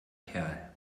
kerl